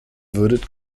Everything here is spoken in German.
würdet